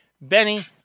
Benny